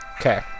Okay